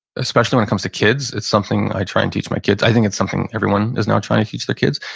especially when it comes to kids. it's something i try and teach my kids. i think it's something everyone is now trying to teach their kids.